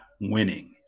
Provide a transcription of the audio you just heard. winning